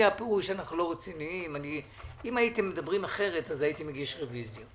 אם הייתם מדברים אחרת, הייתי מגיש רוויזיה.